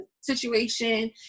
situation